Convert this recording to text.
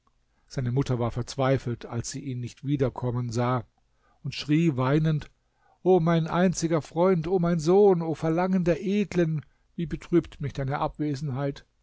seine mutter war verzweifelt als sie ihn nicht wiederkommen sah und schrie weinend o mein einziger freund o mein sohn o verlangen der edlen wie betrübt mich deine abwesenheit